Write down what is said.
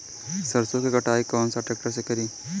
सरसों के कटाई कौन सा ट्रैक्टर से करी?